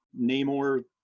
Namor